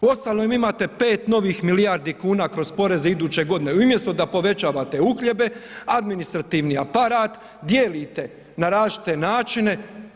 Uostalom imate pet novih milijardi kuna kroz poreze iduće godine i umjesto da povećavate uhljebe, administrativni aparat, dijelite na različite načine.